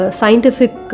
scientific